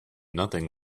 nothing